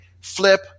Flip